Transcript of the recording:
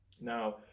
Now